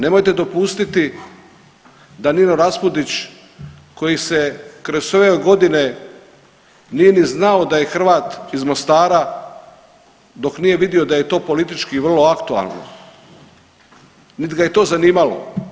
Nemojte dopustiti da Nino Raspudić koji se kroz ove godine nije ni znao da je Hrvat iz Mostara dok nije vidio da je to politički vrlo aktualno niti ga je to zanimalo.